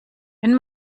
wenn